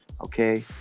Okay